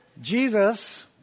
Jesus